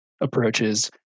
approaches